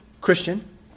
Christian